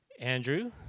Andrew